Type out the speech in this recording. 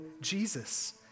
Jesus